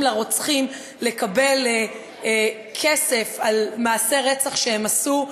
לרוצחים לקבל כסף על מעשי רצח שהם עשו,